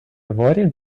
avoided